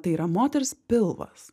tai yra moters pilvas